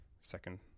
second